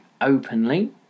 openly